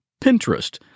Pinterest